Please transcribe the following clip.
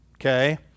okay